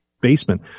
basement